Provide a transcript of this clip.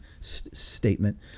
statement